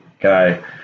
guy